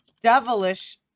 devilish